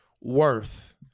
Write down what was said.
worth